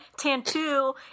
Tantu